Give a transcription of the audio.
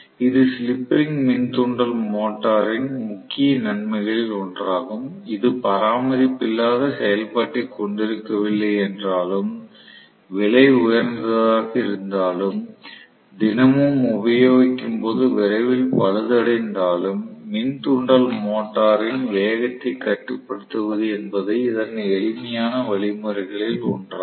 இது slip ring மின் தூண்டல் மோட்டரின் முக்கிய நன்மைகளில் ஒன்றாகும் இது பராமரிப்பு இல்லாத செயல்பாட்டைக் கொண்டிருக்கவில்லை என்றாலும் விலை உயர்ந்ததாக இருந்தாலும் தினமும் உபயோகிக்கும் போது விரைவில் பழுதடைந்தாலும் மின் தூண்டல் மோட்டரின் வேகத்தைக் கட்டுப்படுத்துவது என்பது இதன் எளிமையான வழிமுறைகளில் ஒன்றாகும்